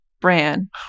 Bran